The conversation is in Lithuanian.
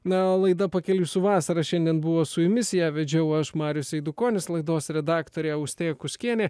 na laida pakeliui su vasara šiandien buvo su jumis ją vedžiau aš marius eidukonis laidos redaktorė austėja kuskienė